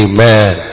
Amen